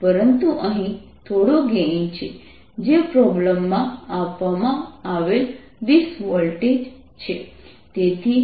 પરંતુ અહીં થોડો ગેઇન છે જે પ્રોબ્લેમમાં આપવામાં આવેલ 20 વોલ્ટેજ છે